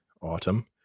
autumn